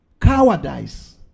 cowardice